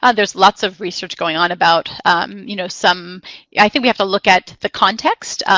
ah there's lots of research going on about you know some i think we have to look at the context,